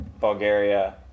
bulgaria